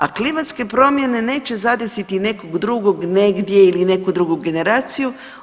A klimatske promjene neće zadesiti nekog drugog negdje ili neku drugu generaciju.